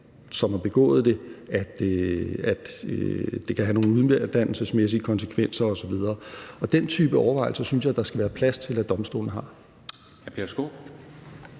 som har begået det, og at det kan have nogle uddannelsesmæssige konsekvenser osv., og den type overvejelser synes jeg der skal være plads til at domstolene har.